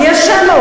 ומי אשם?